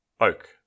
Oak